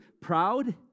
proud